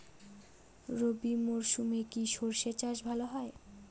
রবি মরশুমে কি সর্ষে চাষ ভালো হয়?